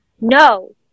No